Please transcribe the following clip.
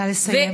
נא לסיים.